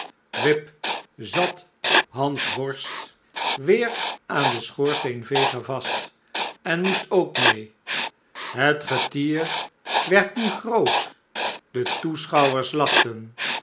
wip zat hansworst weêr aan den schoorsteenveger vast en moest ook meê het getier werd nu groot de toeschouwers lachten